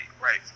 right